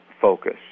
focus